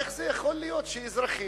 איך זה יכול להיות שאזרחים